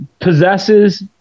possesses